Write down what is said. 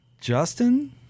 Justin